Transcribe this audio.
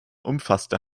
umfasste